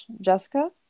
jessica